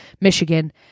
Michigan